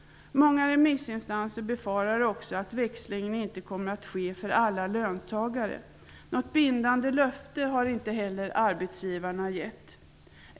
Många remissinstanser befarar också att växlingen inte kommer att ske för alla löntagare. Något bindande löfte har inte heller arbetsgivarna gett.